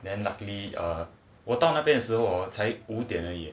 then luckily err 我到那边的时候 hor take 才五点而已 eh